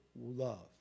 Love